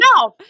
no